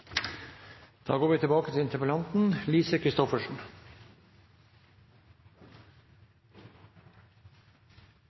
Da går vi til